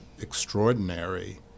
extraordinary